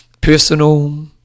personal